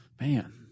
Man